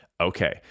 Okay